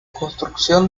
construcción